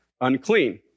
unclean